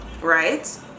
right